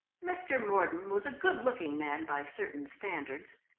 mr. mordon was a good-looking man by certain standards.